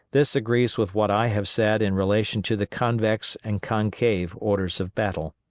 this agrees with what i have said in relation to the convex and concave orders of battle.